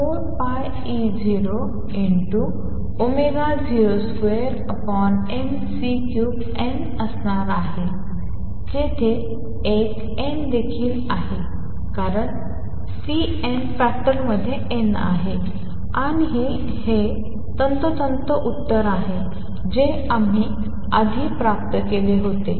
असणार आहे तेथे एक n देखील आहे कारण Cn फॅक्टरमध्ये n आहे आणि हे तंतोतंत उत्तर आहे जे आम्ही आधी प्राप्त केले होते